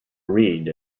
read